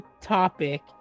topic